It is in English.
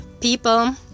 people